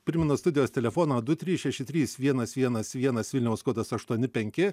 primena studijos telefoną du trys šeši trys vienas vienas vienas vilniaus kodas aštuoni penki